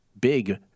big